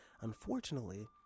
unfortunately